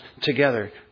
together